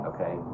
Okay